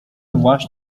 może